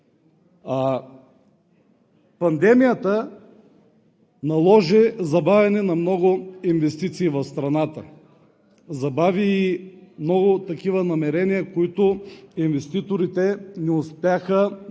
Пандемията наложи забавяне на много инвестиции в страната, забави и много такива намерения, в които инвеститорите не успяха, или